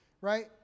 right